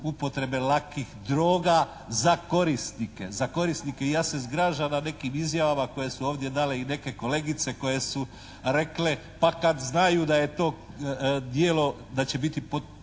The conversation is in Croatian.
upotrebe lakih droga za korisnike, za korisnike. I ja se zgražam nad nekim izjavama koje su ovdje dale i neke kolegice koje su rekle pa kad znaju da je to djelo, da će biti